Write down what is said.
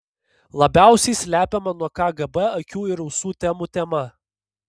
labiausiai slepiama nuo kgb akių ir ausų temų tema